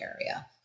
area